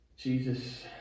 Jesus